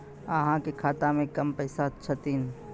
अहाँ के खाता मे कम पैसा छथिन?